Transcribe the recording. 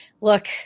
look